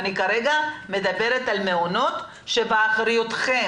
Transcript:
אני כרגע מדברת על מעונות שבאחריותכם.